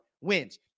wins